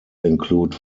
include